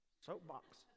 soapbox